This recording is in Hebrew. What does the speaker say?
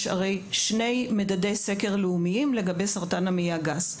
יש שני מדדי סקר לאומיים לגבי סרטן המעי הגס .